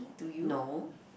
no